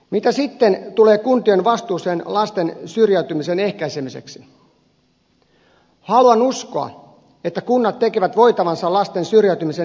mitä sitten tulee kuntien vastuuseen lasten syrjäytymisen ehkäisemiseksi haluan uskoa että kunnat tekevät voitavansa lasten syrjäytymisen ehkäisemiseksi